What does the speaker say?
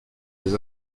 les